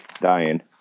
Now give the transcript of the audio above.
dying